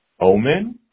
Omen